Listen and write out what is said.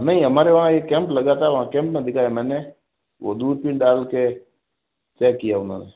नहीं हमारे वहाँ एक कैंप लगा था वहाँ कैंप में दिखाया मैंने वो दूरबीन डाल के चैक किया उन्होंने